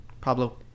Pablo